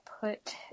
put